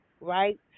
Right